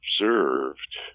observed